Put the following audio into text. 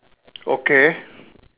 okay